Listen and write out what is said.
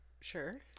Sure